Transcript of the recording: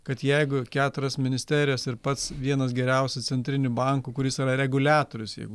kad jeigu keturias ministerijas ir pats vienas geriausių centrinių bankų kuris yra reguliatorius jeigu